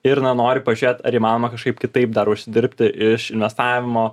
ir na nori pažiūrėt ar įmanoma kažkaip kitaip dar užsidirbti iš investavimo